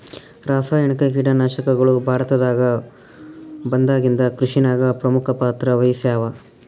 ರಾಸಾಯನಿಕ ಕೀಟನಾಶಕಗಳು ಭಾರತದಾಗ ಬಂದಾಗಿಂದ ಕೃಷಿನಾಗ ಪ್ರಮುಖ ಪಾತ್ರ ವಹಿಸ್ಯಾವ